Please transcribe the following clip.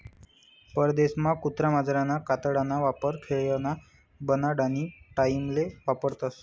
परदेसमा कुत्रा मांजरना कातडाना वापर खेयना बनाडानी टाईमले करतस